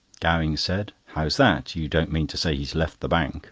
gowing said how's that? you don't mean to say he's left the bank